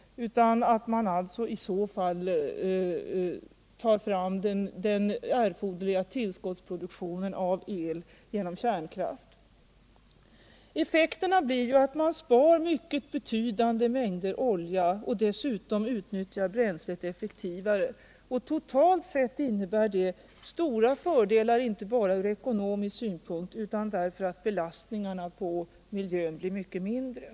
Man bör alltså i så fall ta fram den erforderliga tillskottsproduktionen av el genom kärnkraft. Effekterna blir att man spar en mycket betydande mängd olja och dessutom utnyttjar bränslet effektivare. Totalt sett innebär det stora fördelar inte bara ur ekonomisk synpunkt utan även därför att belastningen på miljön blir mycket mindre.